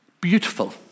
Beautiful